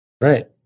Right